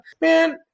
Man